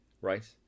Right